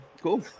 Cool